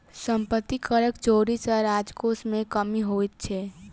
सम्पत्ति करक चोरी सॅ राजकोश मे कमी होइत छै